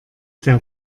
der